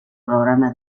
programa